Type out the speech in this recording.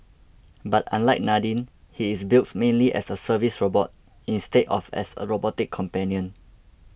but unlike Nadine he is built mainly as a service robot instead of as a robotic companion